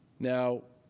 now,